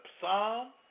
psalm